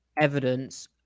evidence